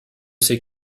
ses